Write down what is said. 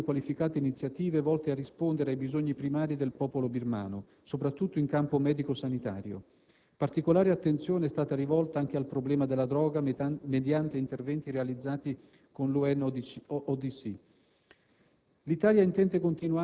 il Governo italiano ha promosso alcune qualificate iniziative volte a rispondere ai bisogni del popolo birmano, soprattutto in campo medico sanitario. Particolare attenzione è stata rivolta anche al problema della droga mediante interventi realizzati con l'UNODC.